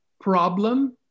problem